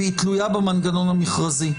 והיא תלויה במנגנון המכרזי,